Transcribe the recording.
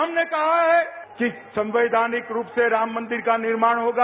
हमने कहा है कि संवैधानिक रूप से राम मनदिर का निर्माण होगा